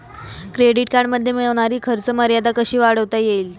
Credit कार्डमध्ये मिळणारी खर्च मर्यादा कशी वाढवता येईल?